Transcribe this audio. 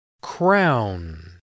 Crown